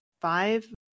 five